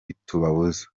itubuza